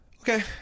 Okay